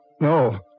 No